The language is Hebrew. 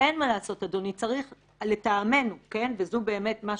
אין מה לעשות, אדוני, צריך לטעמנו, וזה גם מה